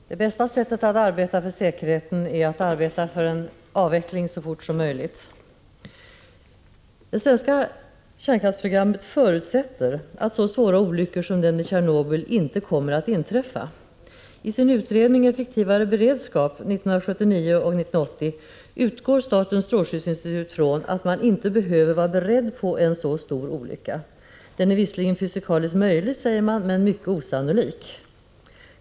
Herr talman! Det bästa sättet att arbeta för en säkerhet på detta område är att arbeta för att en avveckling av kärnkraften kan ske så fort som möjligt. Det svenska kärnkraftsprogrammet förutsätter att så svåra olyckor som den i Tjernobyl inte kommer att inträffa. I utredningen ”Effektivare beredskap” från 1979 och 1980 utgår statens strålskyddsinstitut från att man inte behöver vara beredd på en så stor olycka. Man säger: Den är visserligen fysikaliskt möjlig, men mycket osannolik.